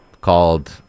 called